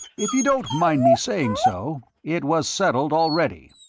if you don't mind me saying so, it was settled already.